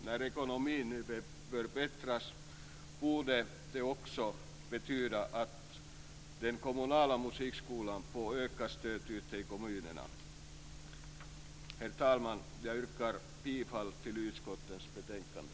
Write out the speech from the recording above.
När ekonomin nu förbättras borde det också betyda att den kommunala musikskolan får ökat stöd ute i kommunerna. Herr talman! Jag yrkar bifall till hemställan i utskottets betänkande.